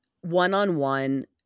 one-on-one